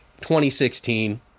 2016